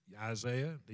Isaiah